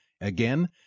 Again